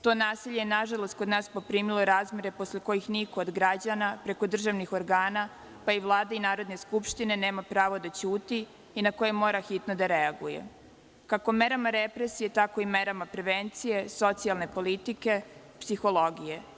To nasilje, nažalost, kod nas je poprimilo razmere posle kojih niko od građana, preko državnih organa, pa i Vlade i Narodne skupštine nema pravo da ćuti i na koji mora hitno da reaguje, kako merama represije, tako i merama prevencije, socijalne politike, psihologije.